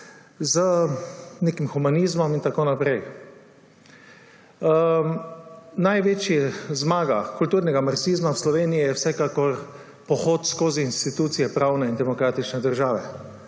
z nekim humanizmom in tako naprej. Največja zmaga kulturnega marksizma v Sloveniji je vsekakor pohod skozi institucije pravne in demokratične države.